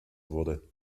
wurde